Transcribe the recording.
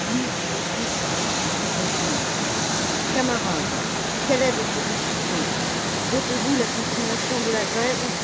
lui tout de suite voulut conclure camarades quelle est votre décision votez vous la continuation de la grève